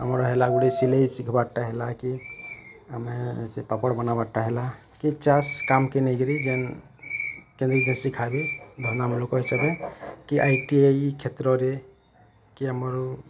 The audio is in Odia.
ଆମର୍ ହେଲା ଗୁଟେ ସିଲେଇ ଶିଖ୍ବାର୍ଟା ହେଲା କି ଆମେ ସେ ପାପଡ଼୍ ବନାବାର୍ଟା ହେଲା କି ଚାଷ୍ କାମ୍କେ ନେଇକିରି ଯେନ୍ ଖାଇବେ ଧନ୍ଦାମୂଲକ କି ଆଇ ଟି ଆଇ କ୍ଷେତ୍ରରେ କି ଆମର୍